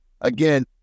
again